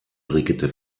brigitte